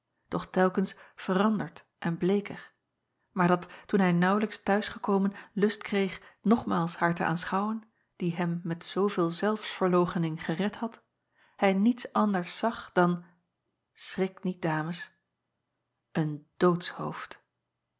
doch telkens veranderd en bleeker maar dat toen hij naauwlijks t huis gekomen lust kreeg nogmaals haar te aanschouwen die hem met zooveel zelfsverloochening gered had hij niets anders zag dan schrikt niet ames een